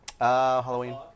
Halloween